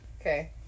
Okay